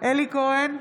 אלי כהן,